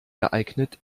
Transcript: geeignet